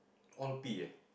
all P eh